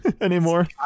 anymore